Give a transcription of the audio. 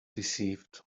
deceived